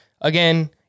again